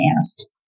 asked